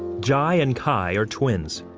jai and kai are twins.